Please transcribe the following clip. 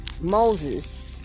Moses